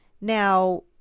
Now